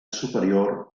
superior